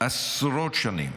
עשרות שנים.